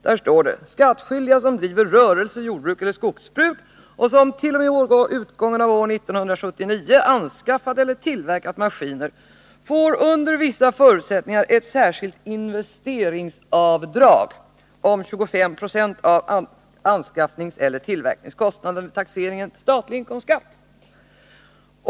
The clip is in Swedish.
Där står det bl.a.: ”——— får skattskyldiga som driver rörelse, jordbruk eller skogsbruk och som t.o.m. utgången av år 1979 anskaffat eller tillverkat maskiner m.m. under vissa förutsättningar ett särskilt investeringsavdrag om 25 Jo av anskaffningseller tillverkningskostnaden vid taxeringen till statlig inkomstskatt.